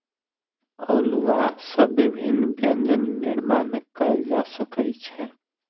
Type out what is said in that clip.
अउलुआ सॅ विभिन्न व्यंजन निर्माण कयल जा सकै छै